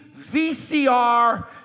VCR